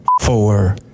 four